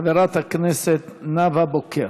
חברת הכנסת נאוה בוקר.